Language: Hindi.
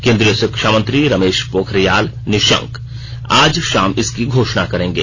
केंद्रीय शिक्षा मंत्री रमेश पोखरियाल निशंक आज शाम इसकी घोषणा करेंगे